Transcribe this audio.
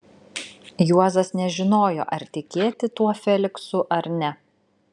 juozas nežinojo ar tikėti tuo feliksu ar ne